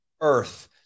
Earth